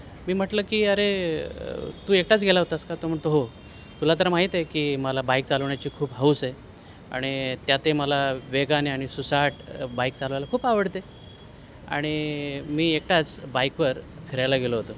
मी म्हटलं की अरे तू एकटाच गेला होतास का तो म्हणतो हो तुला तर माहीत आहे की मला बाईक चालवण्याची खूप हौस आहे आणि त्यातही मला वेगाने आणि सुसाट बाईक चालवायला खूप आवडते आणि मी एकटाच बाईकवर फिरायला गेलो होतो